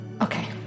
Okay